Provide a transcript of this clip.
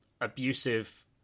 abusive